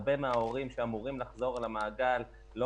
הרבה מההורים שאמורים לחזור למעגל לא